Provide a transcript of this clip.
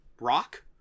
rock